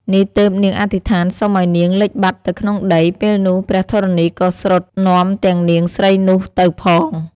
នេះទើបនាងអធិដ្ឋានសុំឲ្យនាងលិចបាត់ទៅក្នុងដី ពេលនោះ ព្រះធរណីក៏ស្រុតនាំទាំងនាងស្រីនោះទៅផង។